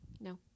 no